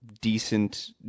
decent